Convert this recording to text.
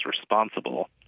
responsible